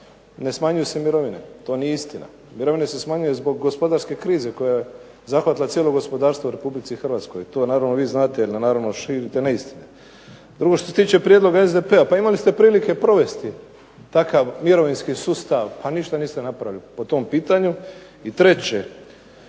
ne smanjuju se mirovine, to nije istina. Mirovine se smanjuju zbog gospodarske krize koje je zahvatila cijelo gospodarstvo uz Republici Hrvatskoj. To naravno vi znate jer naravno širite neistine. Drugo što se tiče prijedloga SDP-a, pa imali ste prilike provesti takav mirovinski sustav, a ništa niste napravili po tom pitanju. I treće,